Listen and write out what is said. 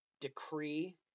decree